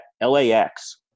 LAX